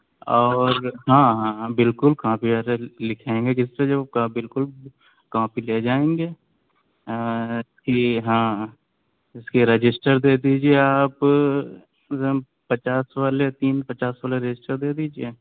اور ہاں ہاں ہاں بالکل کاپیاں ارے لکھیں گے کس پہ جب کا بالکل کاپی لے جائیں گے اس کی ہاں اس کی رجسٹر دے دیجیے آپ پچاس والے تین پچاس والے رجسٹر دے دیجیے